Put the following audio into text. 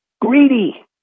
greedy